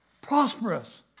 prosperous